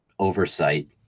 oversight